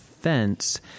fence